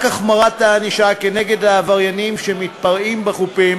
רק החמרת הענישה כנגד העבריינים שמתפרעים בחופים